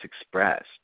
expressed